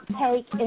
take